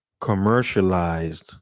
commercialized